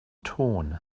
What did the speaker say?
torn